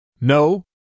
No